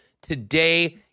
today